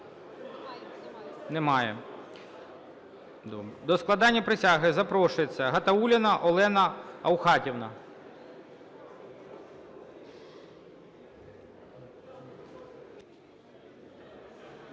Немає. До складення присяги запрошується Гатаулліна Олена Аухатівна.